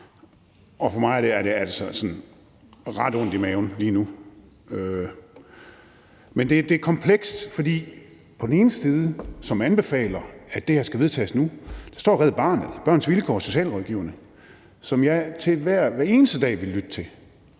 Og for mig gør det altså ret ondt i maven lige nu. Men det er komplekst, fordi der på den ene side som anbefaler af, at det her vedtages nu, står Red Barnet, Børns Vilkår og socialrådgiverne, som jeg hver eneste dag ville lytte til,